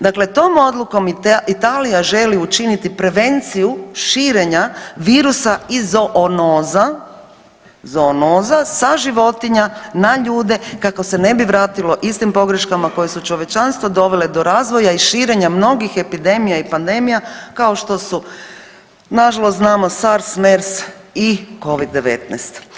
Dakle tom odlukom Italija želi učiniti prevenciju širenja virusa iz zoonoza, zoonoza sa životinja na ljude kako se ne bi vratilo istim pogreškama koje su čovječanstvo dovele do razvoja i širenja mnogih epidemija i pandemija kao što su, nažalost znamo SARS, MERS i Covid-19.